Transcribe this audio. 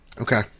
Okay